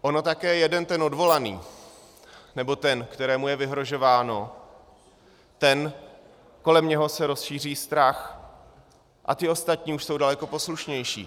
Ono také jeden ten odvolaný, nebo ten, kterému je vyhrožováno, ten, kolem něho se rozšíří strach, a ti ostatní už jsou daleko poslušnější.